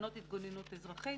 בתקנות התגוננות אזרחית.